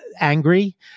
angry